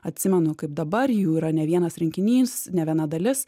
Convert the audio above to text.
atsimenu kaip dabar jų yra ne vienas rinkinys ne viena dalis